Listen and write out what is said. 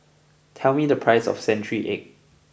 tell me the price of Century Egg